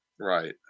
Right